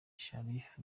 sharifa